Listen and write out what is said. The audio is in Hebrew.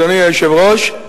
אדוני היושב-ראש,